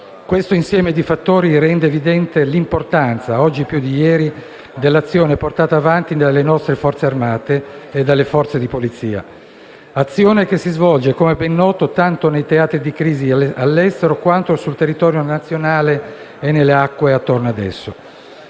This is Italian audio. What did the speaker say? Questo insieme di fattori rende evidente l'importanza, oggi più di ieri, dell'azione portata avanti dalle nostre Forze armate e di polizia; azione che si svolge - come è ben noto - tanto nei teatri di crisi all'estero quanto sul territorio nazionale e nelle acque attorno ad esso.